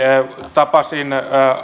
tapasin